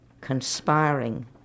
conspiring